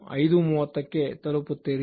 30ಕ್ಕೆ ತಲುಪುತ್ತೀರಿ